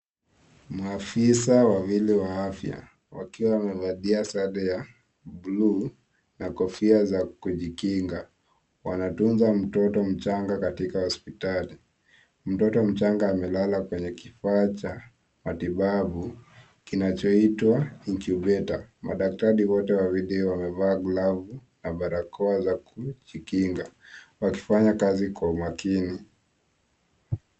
Maafisa wawili wa afya, wakiwa wamevalia sare ya bluu na kofia za kujikinga. Wanatunza mtoto mchanga katika hospitali. Mtoto mchanga amelala kwenye kifaa cha matibabu, kinachoitwa incubator . Madaktari wote wawili wamevaa glavu na barakoa za kujikinga, wakifanya kazi kwa umakini.